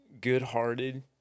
good-hearted